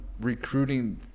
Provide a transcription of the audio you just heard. recruiting